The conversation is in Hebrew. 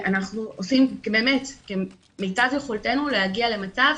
אנחנו באמת עושים כמיטב יכולתנו להגיע למצב,